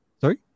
Sorry